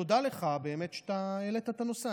תודה לך באמת על שהעלית את הנושא.